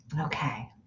Okay